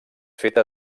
feta